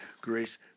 grace